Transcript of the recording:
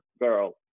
girl